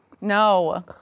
No